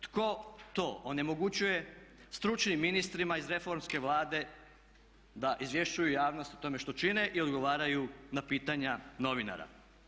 Tko to onemogućuje stručnim ministrima iz reformske Vlade da izvješćuju javnost o tome što čine i odgovaraju na pitanja novinara?